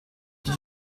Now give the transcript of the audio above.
did